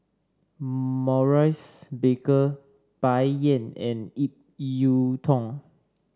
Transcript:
Maurice Baker Bai Yan and Ip Yiu Tung